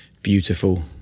beautiful